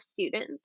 students